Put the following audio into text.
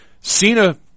Cena